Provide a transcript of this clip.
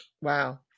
Wow